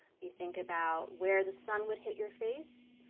you think about where the sun would hit your face.